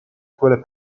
quelle